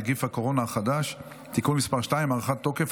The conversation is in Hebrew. נגיף הקורונה החדש) (תיקון מס' 2) (הארכת תוקף,